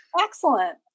Excellent